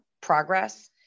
progress